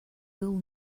will